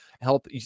help